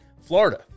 Florida